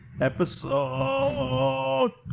episode